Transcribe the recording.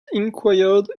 inquired